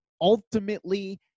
ultimately